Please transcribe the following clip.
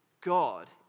God